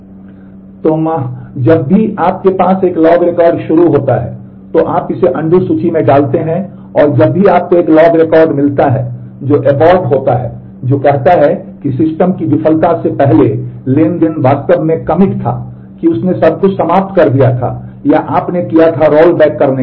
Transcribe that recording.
तो ma जब भी आपके पास एक लॉग रिकॉर्ड शुरू होता है तो आप इसे अनडू सूची से हटा दें